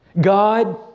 God